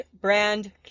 brand